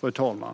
Fru talman!